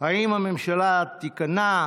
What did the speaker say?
האם הממשלה תיכנע?